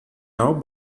now